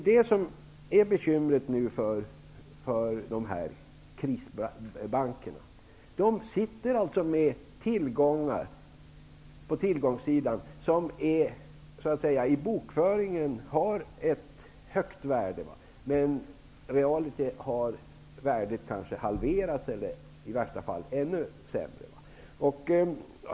Detta är nu bekymret för krisbankerna. De sitter med tillgångar, som har ett högt bokfört värde fastän värdet realiter har halverats eller i värsta fall minskat ännu mer.